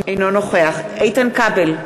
אינו נוכח איתן כבל,